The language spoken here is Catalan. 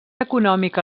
econòmica